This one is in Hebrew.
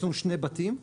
יש לנו שני בתים,